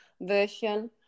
version